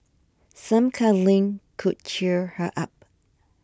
some cuddling could cheer her up